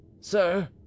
Sir